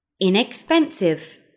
Inexpensive